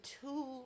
two